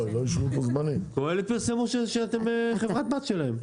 קהלת פרסמו שאתם חברת בת שלכם.